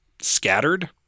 scattered